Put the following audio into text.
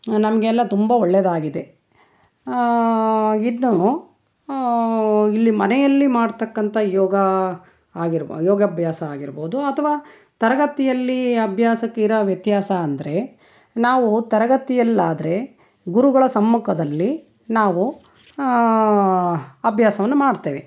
ನಮಗೆಲ್ಲ ತುಂಬ ಒಳ್ಳೆಯದಾಗಿದೆ ಇನ್ನು ಇಲ್ಲಿ ಮನೆಯಲ್ಲಿ ಮಾಡತಕ್ಕಂಥ ಯೋಗ ಆಗಿರ್ಬ್ ಯೋಗಾಭ್ಯಾಸ ಆಗಿರ್ಬೋದು ಅಥವಾ ತರಗತಿಯಲ್ಲಿ ಅಭ್ಯಾಸಕ್ಕೆ ಇರೋ ವ್ಯತ್ಯಾಸ ಅಂದರೆ ನಾವು ತರಗತಿಯಲ್ಲಾದ್ರೆ ಗುರುಗಳ ಸಮ್ಮುಖದಲ್ಲಿ ನಾವು ಅಭ್ಯಾಸವನ್ನು ಮಾಡ್ತೇವೆ